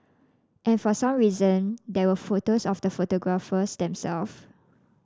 and for some reason there were photos of the photographers themselves